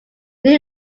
new